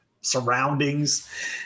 surroundings